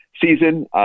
season